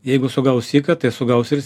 jeigu sugaus syką tai sugaus ir